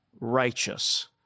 righteous